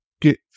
get